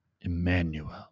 Emmanuel